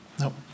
No